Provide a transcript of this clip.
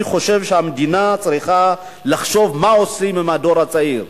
אני חושב שהמדינה צריכה לחשוב מה עושים עם הדור הצעיר,